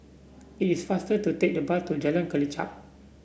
it is faster to take the bus to Jalan Kelichap